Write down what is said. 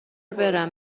برم